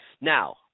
Now